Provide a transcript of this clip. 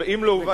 אם לא הובן,